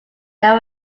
that